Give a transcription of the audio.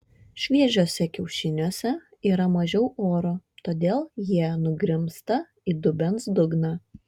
šviežiuose kiaušiniuose yra mažiau oro todėl jie nugrimzta į dubens dugną